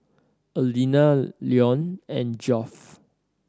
Aleena Leone and Geoff